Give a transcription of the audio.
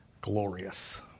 glorious